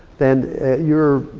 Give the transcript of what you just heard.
then you're,